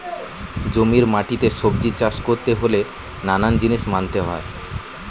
জমির মাটিতে সবজি চাষ করতে হলে নানান জিনিস মানতে হয়